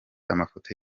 amafoto